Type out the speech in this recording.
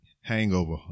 hangover